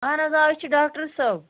اَہَن حظ آ أسۍ چھِ ڈاکٹر صٲب